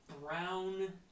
brown